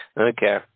okay